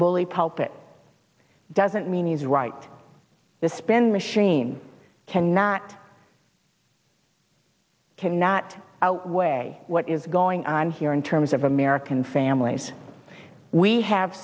pulpit doesn't mean he's right the spend machine cannot cannot outweigh what is going on here in terms of american families we have